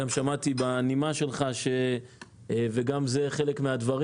גם שמעתי בנימה שלך וזה גם חלק מהדברים.